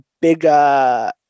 bigger